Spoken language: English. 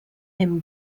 him